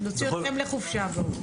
נוציא אתכם לחופשה באוגוסט.